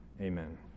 Amen